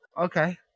okay